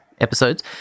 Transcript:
episodes